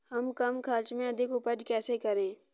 हम कम खर्च में अधिक उपज कैसे करें?